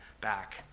back